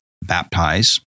baptize